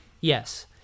Yes